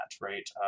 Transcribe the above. right